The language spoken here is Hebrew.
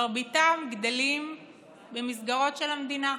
מרביתם גדלים במסגרות של המדינה,